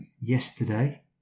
yesterday